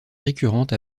récurrentes